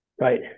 right